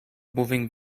moving